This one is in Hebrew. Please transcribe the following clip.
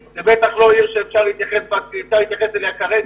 אין מדובר בעיר שאפשר להתייחס אליה כרגע